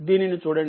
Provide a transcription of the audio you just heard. దీనిని చూడండి